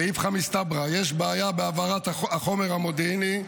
ואיפכא מסתברא, יש בעיה בהעברת החומר המודיעיני,